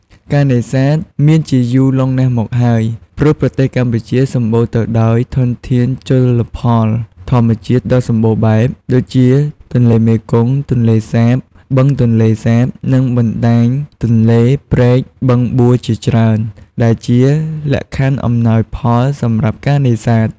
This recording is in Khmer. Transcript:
ការនេសាទ មានជាយូរលង់ណាស់មកហើយ ព្រោះប្រទេសកម្ពុជាសម្បូរទៅដោយធនធានជលផលធម្មជាតិដ៏សម្បូរបែប ដូចជាទន្លេមេគង្គ ទន្លេសាប បឹងទន្លេសាប និងបណ្ដាញទន្លេ ព្រែក បឹងបួជាច្រើន ដែលជាលក្ខខណ្ឌអំណោយផលសម្រាប់ការនេសាទ។